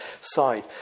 side